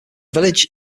village